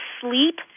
sleep